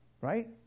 right